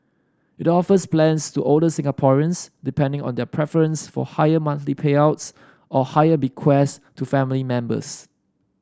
it offers plans to older Singaporeans depending on their preference for higher monthly payouts or higher bequests to family members